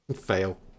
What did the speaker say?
Fail